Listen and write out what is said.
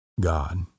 God